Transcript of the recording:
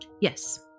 Yes